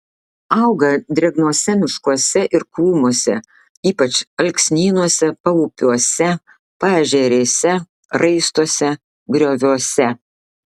auga drėgnuose miškuose ir krūmuose ypač alksnynuose paupiuose paežerėse raistuose grioviuose